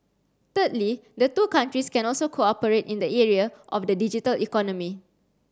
thirdly the two countries can also cooperate in the area of the digital economy